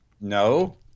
no